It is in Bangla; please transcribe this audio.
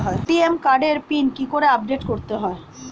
এ.টি.এম কার্ডের পিন কি করে আপডেট করতে হয়?